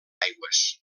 aigües